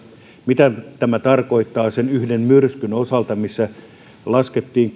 mitä tämä tarkoittaa sen yhden myrskyn osalta missä laskettiin